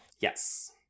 Yes